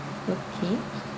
okay